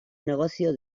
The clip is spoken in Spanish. negocio